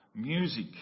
music